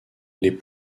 les